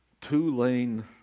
two-lane